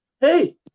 hey